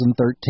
2013